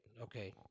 Okay